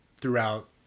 throughout